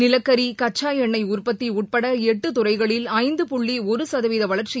நிலக்கி கச்சா எண்ணெய் உற்பத்தி உட்பட எட்டு துறைகளில் ஐந்து புள்ளி ஒரு சதவீத வளா்ச்சி